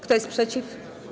Kto jest przeciw?